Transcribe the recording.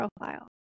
profile